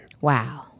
Wow